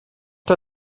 der